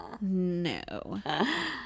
No